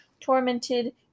tormented